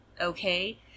Okay